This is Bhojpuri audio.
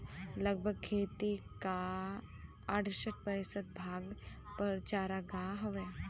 लगभग खेती क अड़सठ प्रतिशत भाग पर चारागाह हउवे